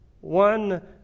one